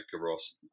ross